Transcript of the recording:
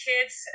Kids